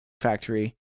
Factory